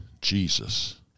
Jesus